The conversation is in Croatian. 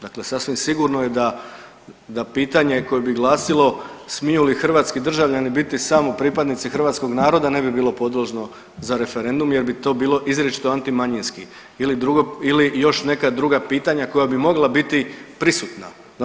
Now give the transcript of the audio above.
Dakle, sasvim sigurno je da pitanje koje bi glasilo smiju li hrvatski državljani biti samo pripadnici hrvatskog naroda ne bi bilo podložno za referendum jer bi to bilo izričito antimanjinski ili još neka druga pitanja koja bi mogla biti prisutna.